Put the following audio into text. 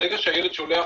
ברגע שהילד שולח